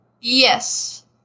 Yes